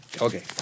okay